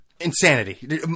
insanity